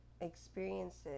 experiences